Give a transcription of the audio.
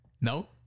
No